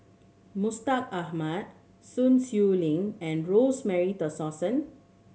Mustaq Ahmad Sun Xueling and Rosemary Tessensohn